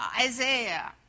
Isaiah